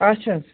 اَچھا حظ